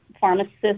pharmacists